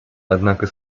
однако